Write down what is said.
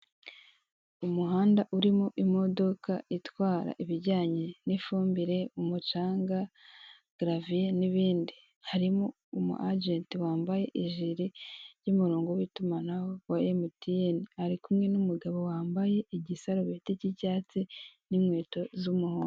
Umuhanda urimo imodoka itwara ibijyanye n'ifumbire, umucanga, garaviye n'ibindi harimo umuajenti wambaye ijiri y'umurongo w'itumanaho wa emutiyene ari kumwe n'umugabo wambaye igisarubeti k'icyatsi n'inkweto z'umuhondo.